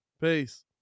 Peace